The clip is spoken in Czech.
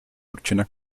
určena